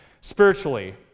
Spiritually